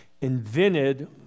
invented